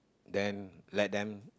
then let them